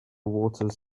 waters